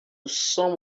some